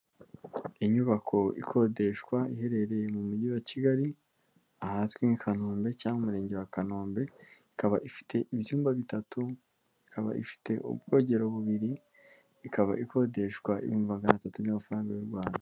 Inyubako ikodeshwa iherereye mu mujyi wa kigali ahazwi i kanombe cyangwa mu umurenge wa kanombe ikaba ifite ibyumba bitatu ikaba ifite ubwogero bubiri ikaba ikodeshwa 300,000 by'amafaranga y'u Rwanda.